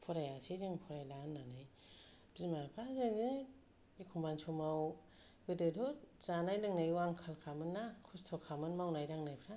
फरायासै जों फरायला होन्नायो बिमा फिफाजोंनो एखनबा समाव गोदोथ' जानाय लोंनाय आंखाल खामोन ना खस्थ' खामोन मावनाय दांनायफ्रा